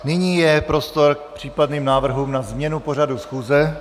Nyní je prostor k případným návrhům na změnu pořadu schůze.